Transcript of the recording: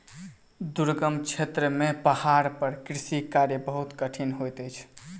दुर्गम क्षेत्र में पहाड़ पर कृषि कार्य बहुत कठिन होइत अछि